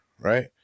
right